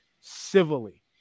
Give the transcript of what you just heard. civilly